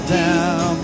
down